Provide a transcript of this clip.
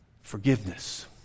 Forgiveness